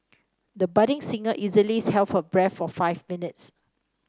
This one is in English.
the budding singer easily held her breath for five minutes